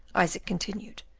isaac continued.